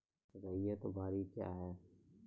रैयत बाड़ी क्या हैं?